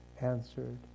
answered